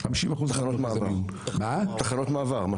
50%. תחנות מעבר.